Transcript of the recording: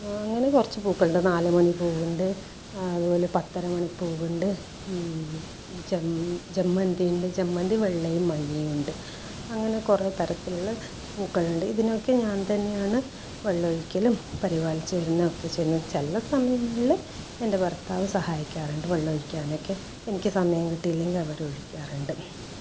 അങ്ങനെ കുറച്ച് പൂക്കളുണ്ട് നാല് മണി പൂവുണ്ട് അതുപോലെ പത്തരമണി പൂവുണ്ട് ജമന്തിയുണ്ട് ജമന്തി വെള്ളയും മഞ്ഞയുമുണ്ട് അങ്ങനെ കുറെ തരത്തിലുള്ള പൂക്കളുണ്ട് ഇതിനൊക്കെ ഞാൻ തന്നെയാണ് വെള്ളമൊഴിക്കലും പരിപാലിച്ചുവരുന്നതുമൊക്കെ ചില സമയങ്ങളിൽ എൻ്റെ ഭർത്താവ് സഹായിക്കാറുണ്ട് വെള്ളമൊഴിക്കാനൊക്കെ എനിക്ക് സമയം കിട്ടിയില്ലെങ്കിൽ അവരൊഴിക്കാറുണ്ട്